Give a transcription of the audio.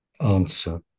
Answer